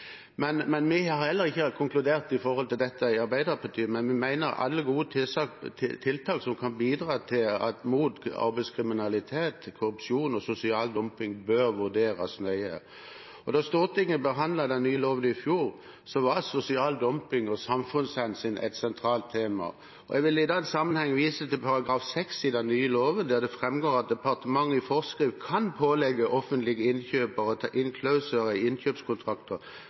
Vi i Arbeiderpartiet har heller ikke konkludert med hensyn til dette, men vi mener at alle gode tiltak som kan bidra mot arbeidskriminalitet, korrupsjon og sosial dumping, bør vurderes nøye. Da Stortinget behandlet den nye loven i fjor, var sosial dumping og samfunnshensyn et sentralt tema. Jeg vil i den sammenheng vise til § 6 i den nye loven, der det framgår at departementet i forskrift kan pålegge offentlige innkjøpere å ta inn klausuler i innkjøpskontrakter